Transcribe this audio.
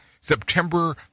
September